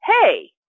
hey